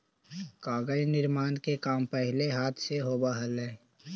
कागज निर्माण के काम पहिले हाथ से होवऽ हलइ